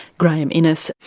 graeme innis.